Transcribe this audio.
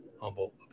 humble